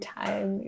time